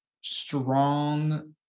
strong